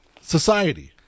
society